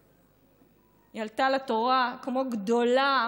היא עלתה לתורה כמו גדולה,